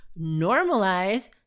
Normalize